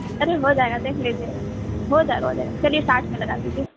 ارے ہو جائے گا دیکھ لیجئے ہو جائے گا ہو جائے گا چلیے ساٹھ میں لگا لیجئے